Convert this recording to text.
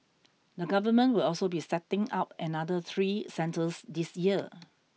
the government will also be setting up another three centres this year